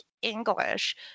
english